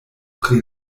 pri